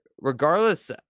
regardless